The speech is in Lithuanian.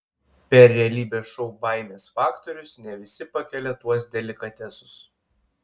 per realybės šou baimės faktorius ne visi pakelia tuos delikatesus